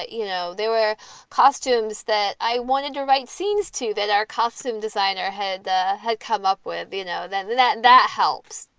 ah you know, there were costumes that i wanted to write scenes, too, that our costume designer had had come up with. you know, that that that helps.